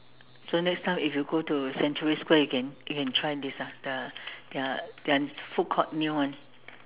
so next time if you go to century square you can you can try this ah the their their food court new one